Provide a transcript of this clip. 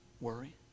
Worry